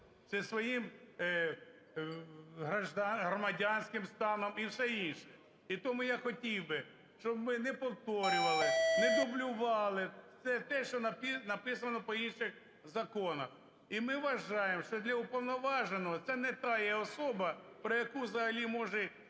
за своїм громадянським станом і все інше. І тому я хотів би, щоби ми не повторювали, не дублювали те, що написано по інших законах. І ми вважаємо, що для уповноваженого, це не та є особа, про яку взагалі може